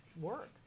work